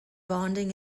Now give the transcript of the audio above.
bonding